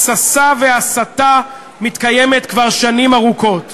התססה והסתה מתקיימת כבר שנים ארוכות.